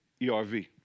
ERV